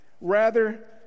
rather